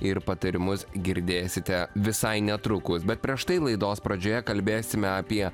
ir patarimus girdėsite visai netrukus bet prieš tai laidos pradžioje kalbėsime apie